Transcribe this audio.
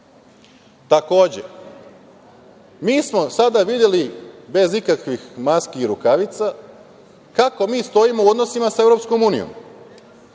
razmišljalo. Mi smo sada videli, bez ikakvih maski i rukavica, kako mi stojimo u odnosima sa Evropskom unijom.